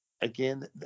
again